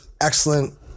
excellent